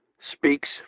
speaks